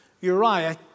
Uriah